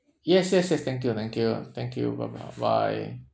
yes yes yes thank you thank you thank you bye bye bye